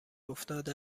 افتاده